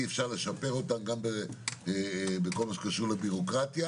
אפשר לשפר אותם גם בכל מה שקשור לבירוקרטיה.